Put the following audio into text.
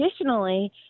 additionally